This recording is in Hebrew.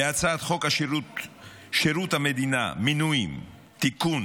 בהצעת חוק שירות המדינה (מינויים) (תיקון,